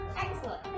Excellent